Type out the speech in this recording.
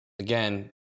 Again